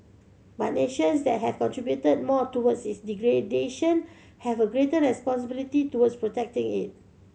but nations that have contributed more towards its degradation have a greater responsibility towards protecting it